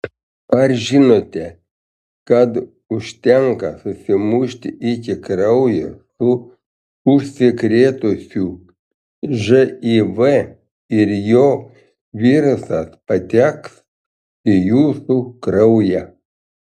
ar žinote kad užtenka susimušti iki kraujo su užsikrėtusiu živ ir jo virusas pateks į jūsų kraują